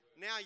Now